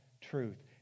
truth